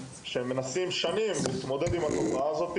שמנסים כבר שנים להתמודד עם התופעה הזו,